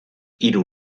hiru